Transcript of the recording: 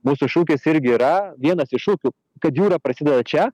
mūsų šūkis irgi yra vienas iš šūkių kad jūra prasideda čia